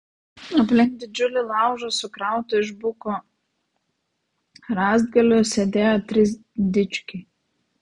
aplink didžiulį laužą sukrautą iš buko rąstgalių sėdėjo trys dičkiai